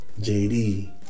JD